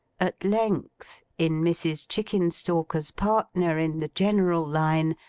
at length, in mrs. chickenstalker's partner in the general line,